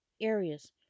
areas